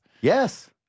Yes